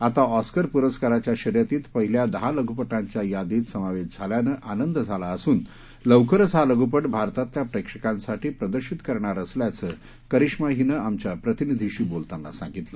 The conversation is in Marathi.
आता ऑस्कर पुरस्काराच्या शर्यतीत पहिल्या दहा लघुपटांच्या यादीत समावेश झाल्यानं आनंद झाला असून लवकरच हा लघुपट भारतातल्या प्रेक्षकांसाठी प्रदर्शित करणार असल्याचं करिश्मा हिनं आमच्या प्रतिनिधीशी बोलताना सांगितलं